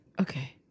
Okay